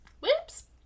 Whoops